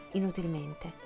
inutilmente